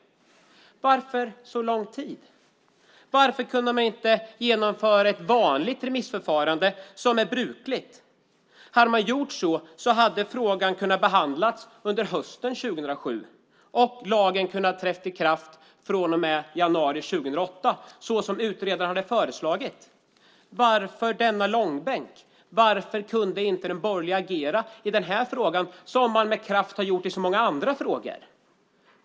Varför så lång tid? Varför kunde man inte ha ett vanligt remissförfarande? Om man hade haft det hade frågan kunnat behandlas under hösten 2007 och lagen hade kunnat träda i kraft från och med januari 2008 som utredaren hade föreslagit. Varför denna långbänk? Varför kunde inte de borgerliga agera i den här frågan som man med kraft har gjort i så många andra frågor?